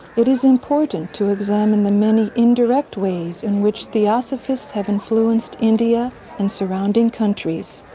it is important to examine the many indirect ways in which theosophists have influenced india and surrounding countries.